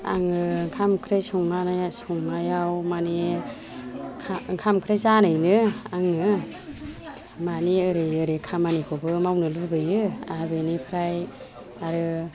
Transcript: आङो ओंखाम ओंख्रि संनानै संनायाव मानि खा ओंखाम ओंख्रि जानैनो आङो मानि ओरै ओरै खामानिखौबो मावनो लुगैयो आरो बिनिफ्राय आरो